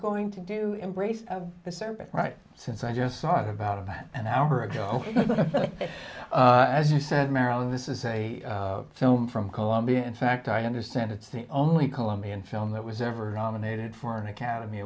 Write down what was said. going to do embrace of the serpent right since i just thought about an hour ago as you said marilyn this is a film from columbia in fact i understand it's the only colombian film that was ever nominated for an academy